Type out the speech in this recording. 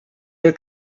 your